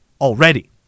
already